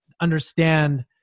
understand